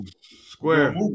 Square